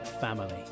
family